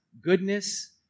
goodness